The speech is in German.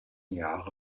jahre